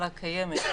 אוקי,